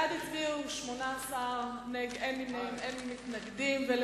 בעד הצביעו 18, אין מתנגדים, אין נמנעים.